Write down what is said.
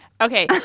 Okay